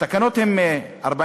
התקנות הן מ-1945,